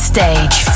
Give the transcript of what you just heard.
Stage